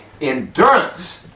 Endurance